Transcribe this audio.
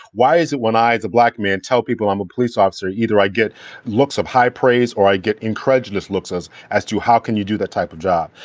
why is it when i as a black man, tell people i'm a police officer, either i get looks of high praise or i get incredulous looks as as to how can you do that type of job?